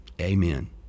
amen